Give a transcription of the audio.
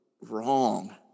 wrong